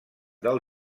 del